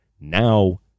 Now